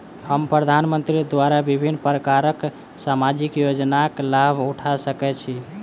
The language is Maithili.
हम प्रधानमंत्री द्वारा विभिन्न प्रकारक सामाजिक योजनाक लाभ उठा सकै छी?